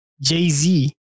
Jay-Z